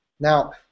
Now